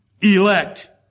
Elect